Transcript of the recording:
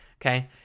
Okay